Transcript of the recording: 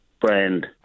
brand